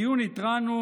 בדיון התרענו